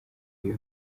iyo